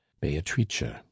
beatrice